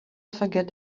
forget